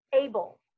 Able